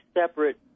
separate